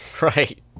Right